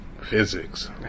physics